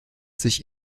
sich